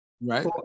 Right